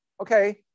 Okay